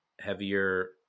heavier